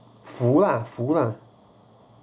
符 lah 符 lah